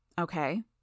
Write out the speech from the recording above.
Okay